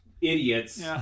idiots